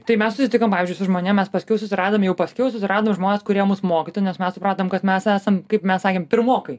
tai mes susitikom pavyzdžiui su žmonėm mes paskiau susiradom jau paskiau susiradom žmones kurie mus mokytų nes mes supratom kad mes esam kaip mes sakėm pirmokai